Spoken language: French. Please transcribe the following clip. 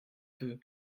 peu